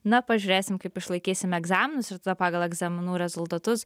na pažiūrėsim kaip išlaikysim egzaminus ir ta pagal egzaminų rezultatus